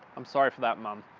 i'm sorry for that mum.